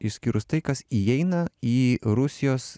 išskyrus tai kas įeina į rusijos